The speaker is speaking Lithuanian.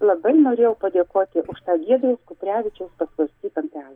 labai norėjau padėkoti už tą giedriaus kuprevičiaus pasvarstyk antele